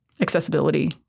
accessibility